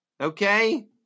Okay